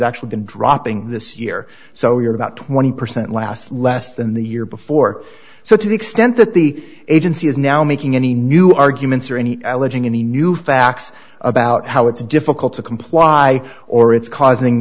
actually been dropping this year so we're about twenty percent last less than the year before so to the extent that the agency is now making any new arguments or any any new facts about how it's difficult to comply or it's causing